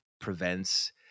prevents